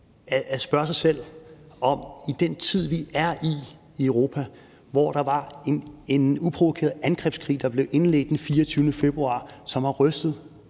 at spørge sig selv om noget. Den tid, vi er i i Europa, hvor en uprovokeret angrebskrig blev indledt den 24. februar, har rystet